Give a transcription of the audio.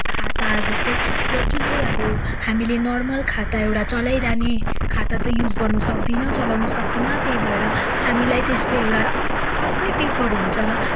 खाता जस्तै ज जुन चाहिँ अब हामीले नर्मल खाता एउटा चलाइरहने खाता त युज गर्नु सक्दिनँ चलाउन सक्दिनँ त्यही भएर हामीलाई त्यसको एउटा अर्कै पेपर हुन्छ